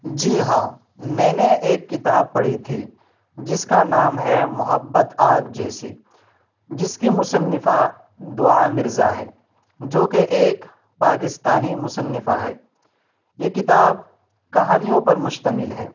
جی ہاں میں نے ایک کتاب پڑھی تھی جس کا نام ہے محبت آگ جیسی جس کی مصنفہ دعا مرزا ہے جوکہ ایک پاکستانی مصنفہ ہے یہ کتاب کہانیوں پر مشتمل ہے